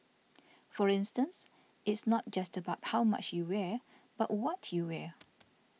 for instance it's not just about how much you wear but what you wear